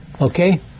Okay